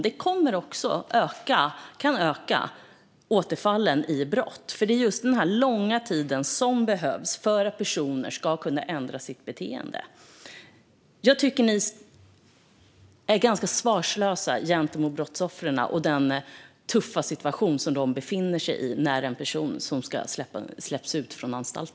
Det kan också komma att öka återfallen i brott, för det är just den här långa tiden som behövs för att personer ska kunna ändra sitt beteende. Jag tycker att ni står ganska svarslösa inför brottsoffren och den tuffa situation som de befinner sig i när en person släpps ut från anstalt.